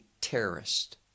terrorist